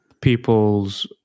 people's